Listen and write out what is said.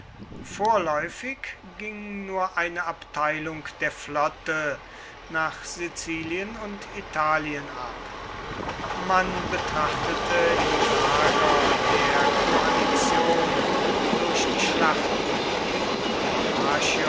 vorläufig ging nur eine abteilung der flotte nach sizilien und italien ab man betrachtete im lager der koalition durch die schlachten von